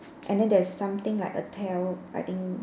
and then there is something like a tell I think